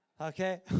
Okay